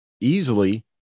easily